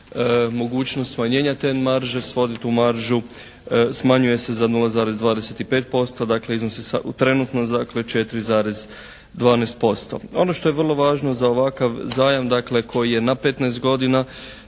mogućnost smanjenja te marže svodi tu maržu, smanjuje se za 0,25% dakle iznosi sad trenutno dakle 4,12%. Ono što je vrlo važno za ovakav zajam dakle koji je na 15 godina